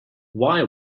why